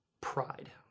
pride